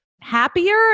happier